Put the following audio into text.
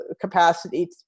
capacity